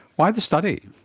why the study?